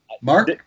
Mark